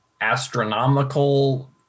astronomical